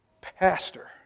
Pastor